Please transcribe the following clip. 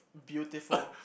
beautiful